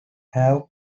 have